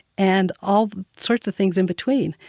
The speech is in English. and all sorts of things in between.